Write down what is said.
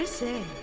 ah say.